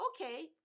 Okay